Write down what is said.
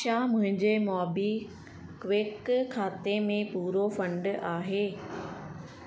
छा मुंहिंजे मोबीक्विक खाते में पूरो फंड आहे